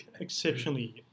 exceptionally